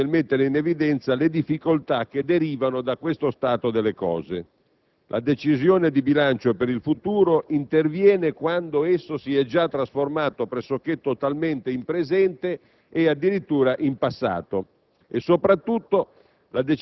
È inutile che io indugi nel mettere in evidenza le difficoltà che derivano da questo stato di cose: la decisione di bilancio per il futuro interviene quando esso si è già trasformato pressoché totalmente in presente e, addirittura, in passato.